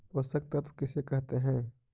पोषक तत्त्व किसे कहते हैं?